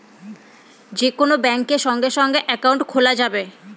যে কোন ব্যাঙ্কে সঙ্গে সঙ্গে একাউন্ট খোলা যাবে